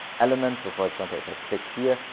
um and so for example, if i click here,